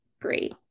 Great